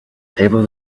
table